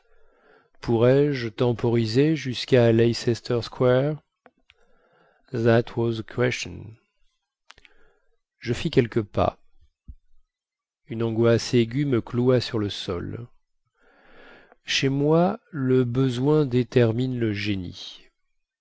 question je fis quelques pas une angoisse aiguë me cloua sur le sol chez moi le besoin détermine le génie